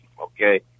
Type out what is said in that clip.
okay